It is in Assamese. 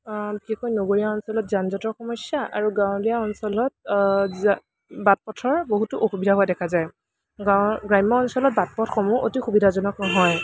বিশেষকৈ নগৰীয়া অঞ্চলত যানযঁটৰ সমস্যা আৰু গাঁৱলীয়া অঞ্চলত যা বাটপথৰ বহুতো অসুবিধা হোৱা দেখা যায় গাঁৱৰ গ্ৰাম্য় অঞ্চলৰ বাট পথসমূহ অতি সুবিধাজনক নহয়